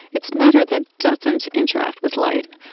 it's matter that doesn't interact with light.